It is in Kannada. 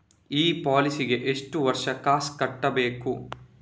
ಈ ಪಾಲಿಸಿಗೆ ಎಷ್ಟು ವರ್ಷ ಕಾಸ್ ಕಟ್ಟಬೇಕು?